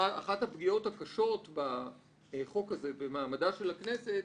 אחת הפגיעות הקשות בחוק הזה במעמדה של הכנסת,